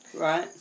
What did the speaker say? right